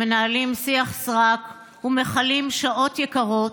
מנהלים שיח סרק ומכלים שעות יקרות,